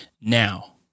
Now